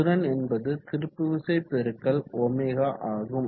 திறன் என்பது திருப்புவிசை பெருக்கல் ω ஆகும்